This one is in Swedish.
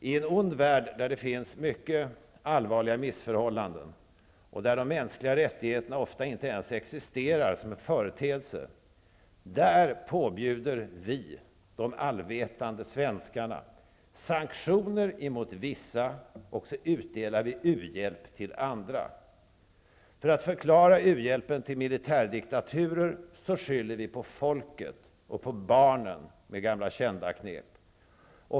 I en ond värld, där det finns mycket allvarliga missförhållanden och där de mänskliga rättigheterna ofta inte ens existerar som företeelse, påbjuder vi, de allvetande svenskarna, sanktioner mot vissa och utdelar u-hjälp till andra. För att förklara u-hjälpen till militärdiktaturer skyller vi på folket och på barnen, med gamla kända knep.